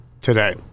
today